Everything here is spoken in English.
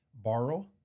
borrow